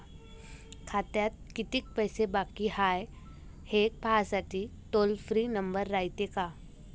खात्यात कितीक पैसे बाकी हाय, हे पाहासाठी टोल फ्री नंबर रायते का?